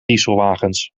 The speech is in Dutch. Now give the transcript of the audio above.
dieselwagens